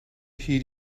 heed